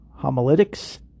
homiletics